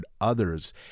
others